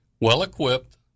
well-equipped